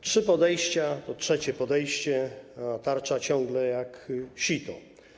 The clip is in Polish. Trzy podejścia, to trzecie podejście, a tarcza ciągle jak sito.